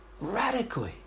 radically